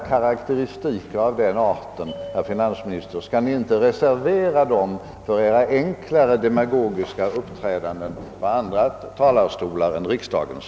Skall Ni inte, herr finansminister, reservera karakteristiker av den arten för Edra enklare demagogiska uppträdanden, från andra talarstolar än riksdagens?